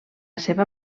seva